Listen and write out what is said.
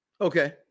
Okay